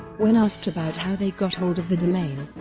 when asked about how they got hold of the domain,